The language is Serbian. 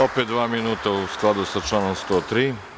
Opet dva minuta, u skladu sa članom 103.